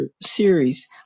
series